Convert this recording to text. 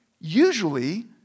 usually